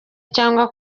cyangwa